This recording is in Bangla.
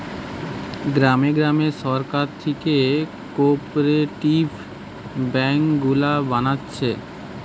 গ্রামে গ্রামে সরকার থিকে কোপরেটিভ বেঙ্ক গুলা বানাচ্ছে